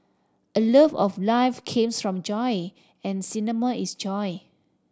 a love of life comes from joy and cinema is joy